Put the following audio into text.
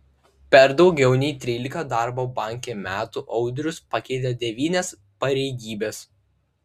per daugiau nei trylika darbo banke metų audrius pakeitė devynias pareigybes